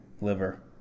liver